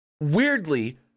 Weirdly